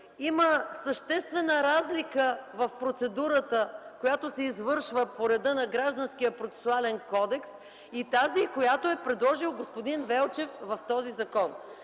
има съществена разлика в процедурата, която се извършва по реда на Гражданскопроцесуалния кодекс и тази, която е предложил господин Велчев в този закон.